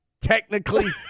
Technically